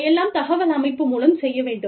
அதையெல்லாம் தகவல் அமைப்பு மூலம் செய்ய வேண்டும்